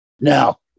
Now